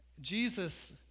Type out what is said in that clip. Jesus